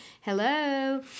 hello